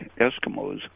Eskimos